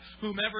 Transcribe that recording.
Whomever